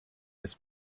this